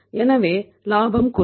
எனவே லாபம் குறையும்